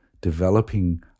developing